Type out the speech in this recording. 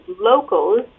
locals